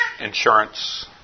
insurance